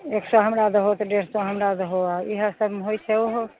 एक सए हमरा दहो तऽ डेढ़ सए हमरा दहो इहए सब होइ छै ओहो